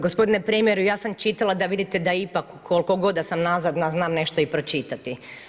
Gospodine premjeru, ja sam čitala, da vidite da ipak koliko god da sam nazad, da znam nešto i pročitati.